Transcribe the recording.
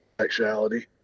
sexuality